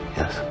yes